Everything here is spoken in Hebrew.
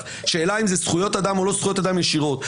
השאלה אם זה זכויות אדם ישירות או לא.